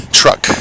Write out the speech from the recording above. truck